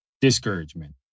discouragement